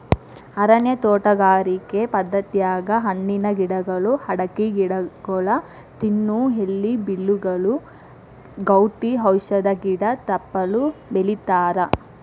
ಅರಣ್ಯ ತೋಟಗಾರಿಕೆ ಪದ್ಧತ್ಯಾಗ ಹಣ್ಣಿನ ಗಿಡಗಳು, ಅಡಕಿ ಗಿಡಗೊಳ, ತಿನ್ನು ಎಲಿ ಬಳ್ಳಿಗಳು, ಗೌಟಿ ಔಷಧ ಗಿಡ ತಪ್ಪಲ ಬೆಳಿತಾರಾ